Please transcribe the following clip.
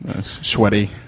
Sweaty